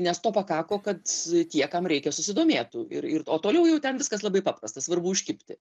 nes to pakako kad tie kam reikia susidomėtų ir ir o toliau jau ten viskas labai paprasta svarbu užkibti